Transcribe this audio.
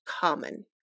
common